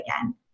again